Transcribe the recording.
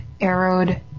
arrowed